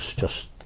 just,